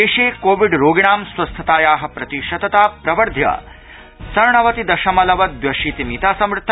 देशे कोविड् रोगिणां स्वस्थताया प्रतिशतता प्रवर्ध्य षण्णवति दशमलव द्व्यशीति मिता संवता